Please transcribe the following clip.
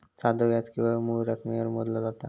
साधो व्याज केवळ मूळ रकमेवर मोजला जाता